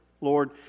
Lord